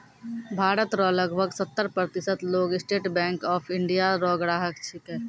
भारत रो लगभग सत्तर प्रतिशत लोग स्टेट बैंक ऑफ इंडिया रो ग्राहक छिकै